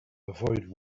avoid